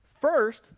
First